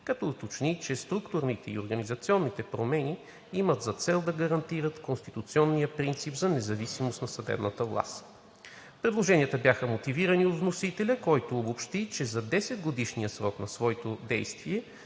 като уточни, че структурните и организационните промени имат за цел да гарантират конституционния принцип за независимост на съдебната власт. Предложенията бяха мотивирани от вносителя, който обобщи, че за десетгодишния срок на своето действие